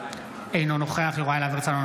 אינו נוכח יוראי להב הרצנו,